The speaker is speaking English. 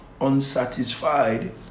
unsatisfied